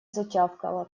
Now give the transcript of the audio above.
затявкала